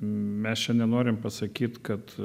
mes čia nenorim pasakyt kad